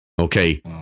Okay